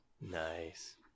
Nice